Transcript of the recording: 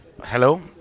Hello